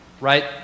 right